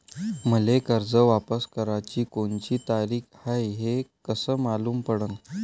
मले कर्ज वापस कराची कोनची तारीख हाय हे कस मालूम पडनं?